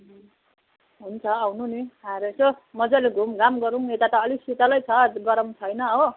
हुन्छ आउनु नि आएर यसो मजाले घुमघाम गरौँ न यता त अलिक शीतलै छ अहिले त गरम छैन हो